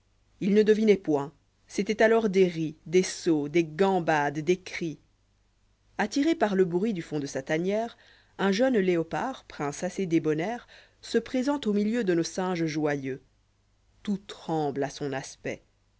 il ne devinoit point c'était alors des ris des sauts des gambades des cris attiré par le bruit du fond de sa tanière un jeune léopard prince assez débonnaire se présente au milieu de nos singes joyeux tout tremble à son aspect